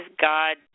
God